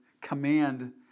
command